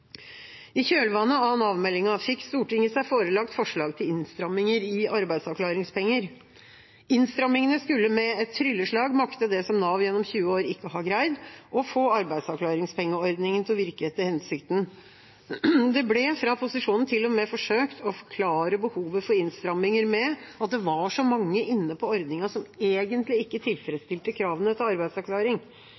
I kjølvannet av Nav-meldinga fikk Stortinget seg forelagt forslag til innstramminger i arbeidsavklaringspenger. Innstrammingene skulle med et trylleslag makte det som Nav gjennom 20 år ikke har greid: å få arbeidsavklaringspengeordningen til å virke etter hensikten. Det ble fra posisjonen til og med forsøkt å forklare behovet for innstramminger med at det var så mange inne på ordningen som egentlig ikke